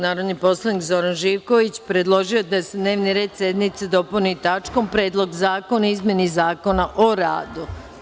Narodni poslanik Zoran Živković predložio je da se dnevni red sednice dopuni tačkom – Predlog zakona o izmeni Zakona o radu.